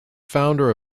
founder